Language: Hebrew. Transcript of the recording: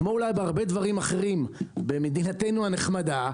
אולי כמו בהרבה דברים אחרים במדינתנו הנחמדה,